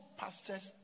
pastors